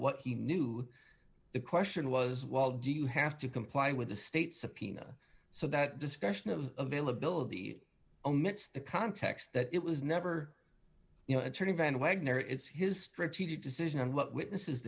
what he knew the question was well do you have to comply with the state subpoena so that discussion of availability omits the context that it was never you know attorney van wagner is his strategic decision and what witnesses